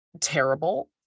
terrible